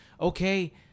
okay